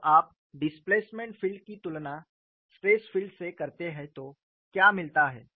जब आप displacement field की तुलना स्ट्रेस फील्ड से करते हैं तो क्या मिलता है